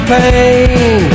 pain